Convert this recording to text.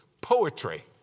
poetry